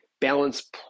balance